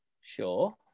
Sure